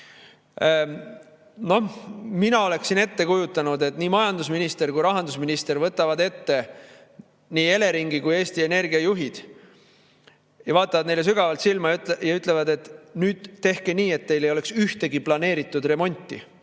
noh, mina oleksin ette kujutanud, et majandusminister ja rahandusminister võtavad ette nii Eleringi kui ka Eesti Energia juhid, vaatavad neile sügavalt silma ja ütlevad, et nüüd tehke nii, et teil ei oleks ühtegi planeeritud remonti